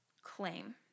claim